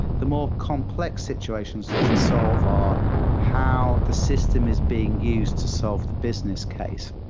the more complex situations to solve are how the system is being used to solve the business case.